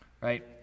right